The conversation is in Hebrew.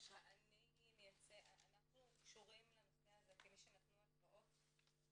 אנחנו קשורים לנושא הזה כמי שנתנו הלוואות